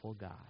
god